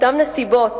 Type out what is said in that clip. אותן נסיבות